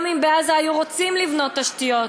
גם אם בעזה היו רוצים לבנות תשתיות,